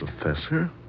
Professor